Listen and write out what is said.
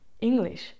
English